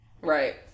Right